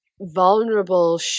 vulnerable